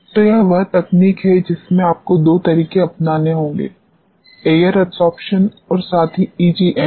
तो यह वह तकनीक है जिसमें आपको दो तरीके अपनाने होंगे एयर एडसोर्प्शन और साथ ही ईजीएमई